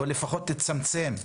או לפחות תצמצם,